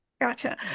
gotcha